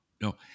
no